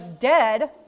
dead